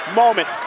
moment